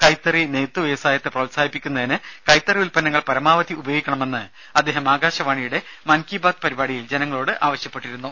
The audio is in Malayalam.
കൈത്തറി നെയ്ത്തു വ്യവസായത്തെ പ്രോത്സാഹിപ്പിക്കുന്നതിന് കൈത്തറി ഉൽപ്പന്നങ്ങൾ പരമാവധി ഉപയോഗിക്കണമെന്ന് അദ്ദേഹം ആകാശവാണിയുടെ മൻ കീ ബാത് പരിപാടിയിൽ ജനങ്ങളോട് ആവശ്യപ്പെട്ടിരുന്നു